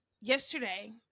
yesterday